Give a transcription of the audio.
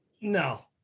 no